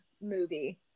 movie